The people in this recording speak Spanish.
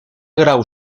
grau